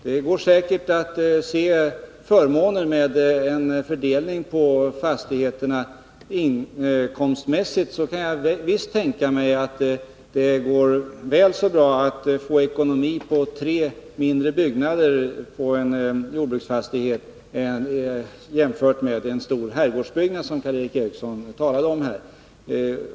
Det går säkert att se förmåner med en fördelning på flera fastigheter. Jag kan visst tänka mig att det inkomstmässigt går väl så bra att få ekonomi på tre mindre byggnader på en jordbruksfastighet än på en stor herrgårdsbyggnad, som Karl Erik Eriksson talade om här.